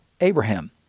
Abraham